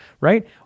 Right